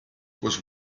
was